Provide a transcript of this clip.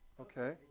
Okay